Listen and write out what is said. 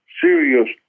serious